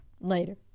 later